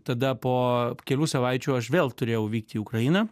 tada po kelių savaičių aš vėl turėjau vykti į ukrainą